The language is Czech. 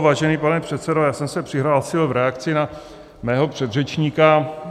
Vážený pane předsedo, já jsem se přihlásil v reakci na mého předřečníka.